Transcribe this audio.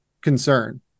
concern